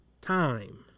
time